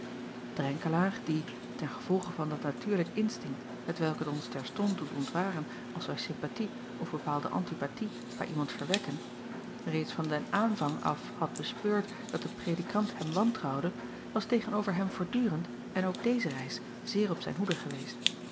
die ten gevolge van dat natuurlijk instinkt hetwelk het ons terstond doet ontwaren als wij sympathie of bepaalde antipatie bij iemand verwekken reeds van den aanvang af had bespeurd dat de predikant hem wantrouwde was tegen-over hem voortdurend en ook deze reis zeer op zijn hoede geweest